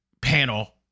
panel